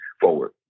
forward